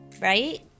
right